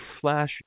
Flash